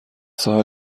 ساحل